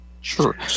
Sure